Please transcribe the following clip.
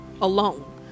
alone